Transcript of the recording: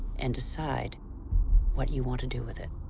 and decide what you want to do with it.